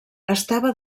estava